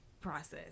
process